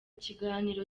kiganiro